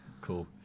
Cool